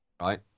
right